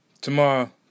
Tomorrow